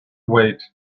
wait